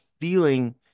feeling